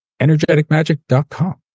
Energeticmagic.com